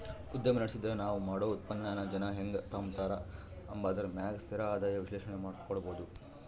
ಉದ್ಯಮ ನಡುಸ್ತಿದ್ರ ನಾವ್ ಮಾಡೋ ಉತ್ಪನ್ನಾನ ಜನ ಹೆಂಗ್ ತಾಂಬತಾರ ಅಂಬಾದರ ಮ್ಯಾಗ ಸ್ಥಿರ ಆದಾಯ ವಿಶ್ಲೇಷಣೆ ಕೊಡ್ಬೋದು